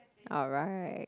alright